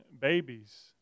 babies